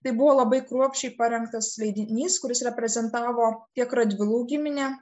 tai buvo labai kruopščiai parengtas leidinys kuris reprezentavo tiek radvilų giminę